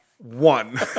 One